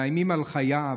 מאיימים על חייו,